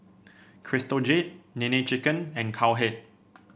Crystal Jade Nene Chicken and Cowhead